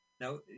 Now